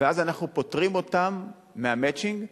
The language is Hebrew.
ואז אנחנו פוטרים אותם מה"מצ'ינג".